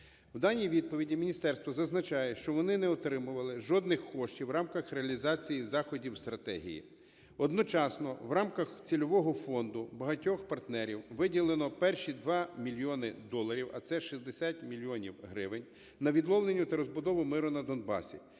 В даній відповіді міністерство зазначає, що вони не отримували жодних коштів у рамках реалізації заходів стратегії. Одночасно в рамках цільового фонду багатьох партнерів виділено перші 2 мільйони доларів, а це 60 мільйонів гривень, на відновлення та розбудову миру на Донбасі.